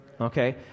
Okay